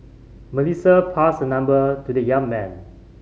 Melissa passed her number to the young man